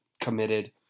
committed